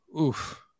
Oof